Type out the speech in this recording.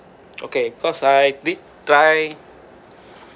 okay cause I did try